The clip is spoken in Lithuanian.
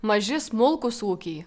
maži smulkūs ūkiai